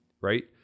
right